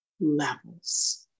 levels